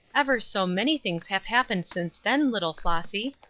ever so many things have happened since then, little flossy!